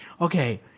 okay